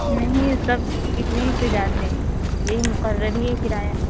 نہیں سب اتنے ہی پہ جاتے ہیں یہی مقرر ہی ہے کرایہ